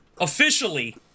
officially